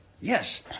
Yes